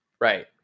Right